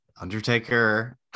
Undertaker